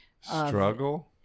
struggle